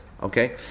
okay